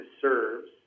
serves